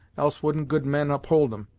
else wouldn't good men uphold em.